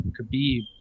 Khabib